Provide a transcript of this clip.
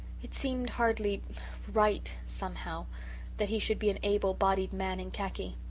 it seemed hardly right somehow that he should be an able-bodied man in khaki.